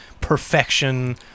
perfection